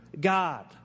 God